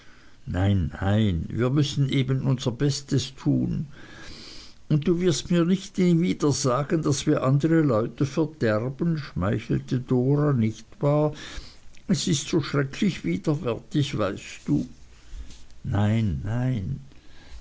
nein nein wir müssen eben unser bestes tun und du wirst mir nicht wieder sagen daß wir andere leute verderben schmeichelte dora nicht wahr es ist so schrecklich widerwärtig weißt du nein nein